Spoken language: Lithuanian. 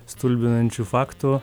stulbinančių faktų